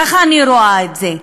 ככה אני רואה את זה.